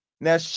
now